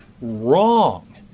wrong